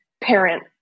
parent